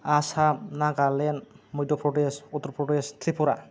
Assam Nagaland Madhya Pradesh Uttar Pradesh थ्रिफुरा